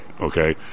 okay